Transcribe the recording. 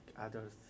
others